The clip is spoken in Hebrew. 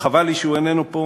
וחבל לי שהוא איננו פה,